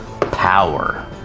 power